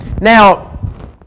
Now